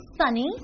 sunny